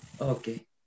Okay